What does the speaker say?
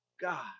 God